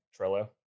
Trello